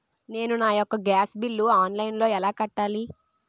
నేను నా యెక్క గ్యాస్ బిల్లు ఆన్లైన్లో ఎలా కట్టాలి?